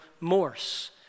Morse